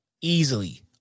easily